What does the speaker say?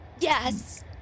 Yes